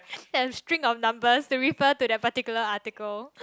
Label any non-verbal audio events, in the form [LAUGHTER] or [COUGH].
[BREATH] they have a string of numbers they refer to the particular article [BREATH]